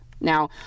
Now